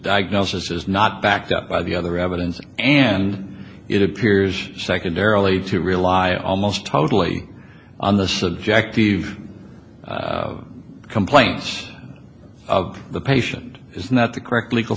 diagnosis is not backed up by the other evidence and it appears secondarily to rely almost totally on the subjective complaints of the patient is not the correct legal